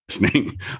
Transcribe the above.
listening